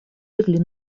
легли